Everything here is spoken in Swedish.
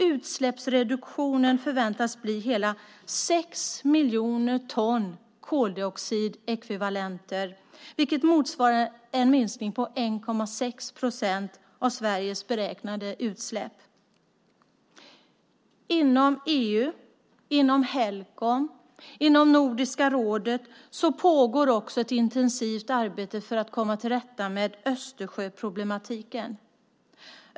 Utsläppsreduktionen förväntas bli hela sex miljoner ton koldioxidekvivalenter, vilket motsvarar en minskning med 1,6 procent av Sveriges beräknade utsläpp. Inom EU, Helcom och Nordiska rådet pågår också ett intensivt arbete för att komma till rätta med Östersjöproblematiken.